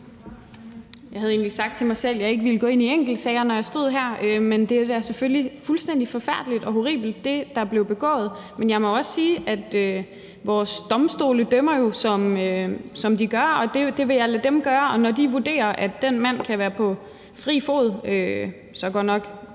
Jeg havde egentlig sagt til mig selv, at jeg ikke ville gå ind i enkeltsager, når jeg stod her, men det er da selvfølgelig fuldstændig forfærdeligt og horribelt, hvad der blev begået. Jeg må også sige, at vores domstole dømmer, som de gør, og det vil jeg lade dem gøre. Og når de vurderer, at den mand kan være på fri fod – godt nok